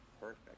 Perfect